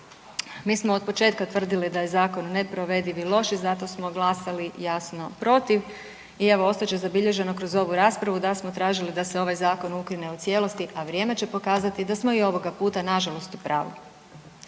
Mi smo otpočetka tvrdili da je zakon neprovediv i loš i zato smo glasali jasno protiv i evo ostat će zabilježeno kroz ovu raspravu da smo tražili da se ovaj zakon ukine u cijelosti, a vrijeme će pokazati da smo i ovoga puta nažalost u pravu.